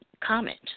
comment